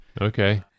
Okay